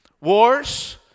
Wars